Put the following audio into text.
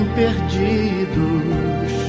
perdidos